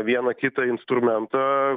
vieną kitą instrumentą